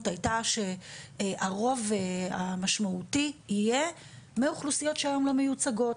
הייתה שהרוב המשמעותי יהיה מאוכלוסיות שהיום לא מיוצגות,